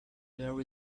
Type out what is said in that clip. there